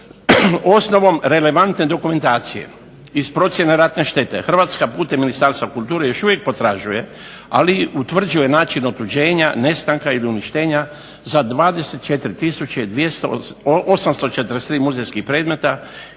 Osnovom relevantne dokumentacije iz procjene ratne štete Hrvatska putem Ministarstva kulture još uvijek potražuje, ali i utvrđuje način otuđenja, nestanka ili uništenja sa 24 tisuće 843 muzejskih predmeta